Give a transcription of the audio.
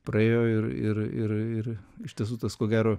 praėjo ir ir ir ir iš tiesų tas ko gero